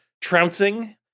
trouncing